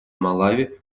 малави